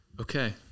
okay